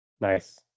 nice